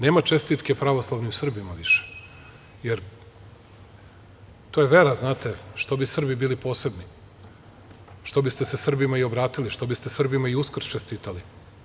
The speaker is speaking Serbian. Nema čestitke pravoslavnim Srbima više, jer to je vera, znate, što bi Srbi bili posebni, što biste se Srbima i obratili, što biste Srbima i Uskrs čestitali?